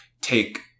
take